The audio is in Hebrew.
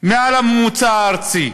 מעל הממוצע הארצי.